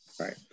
right